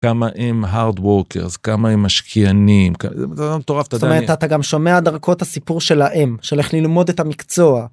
כמה הם hard workers כמה הם משקיענים אתה גם שומע דרכו הסיפור שלהם של איך ללמוד את המקצוע.